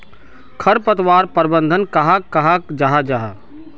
खरपतवार प्रबंधन कहाक कहाल जाहा जाहा?